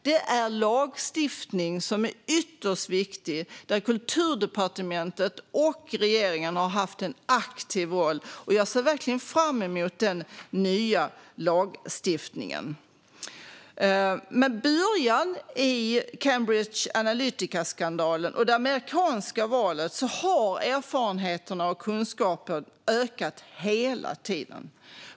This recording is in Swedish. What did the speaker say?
Det är lagstiftning som är ytterst viktig och där Kulturdepartementet och regeringen har haft en aktiv roll. Jag ser verkligen fram emot den nya lagstiftningen. Med början i Cambridge Analytica-skandalen och det amerikanska valet har erfarenheterna och kunskapen ökat hela tiden.